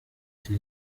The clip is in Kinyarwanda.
iki